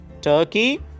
Turkey